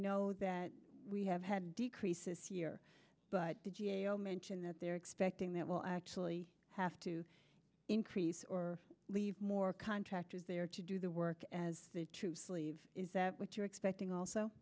know that we have had decreases here but did you mention that they're expecting that will actually have to increase or leave more contractors there to do the work as the troops leave is that what you're expecting also